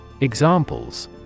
Examples